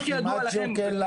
אנחנו מבינים את אילוצי הזמן שלך,